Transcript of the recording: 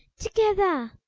together!